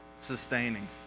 sustaining